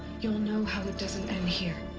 you'll know how it doesn't end here.